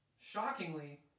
shockingly